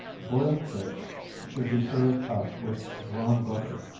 boiled fish should be served up with drawn butter,